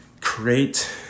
create